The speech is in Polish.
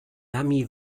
nami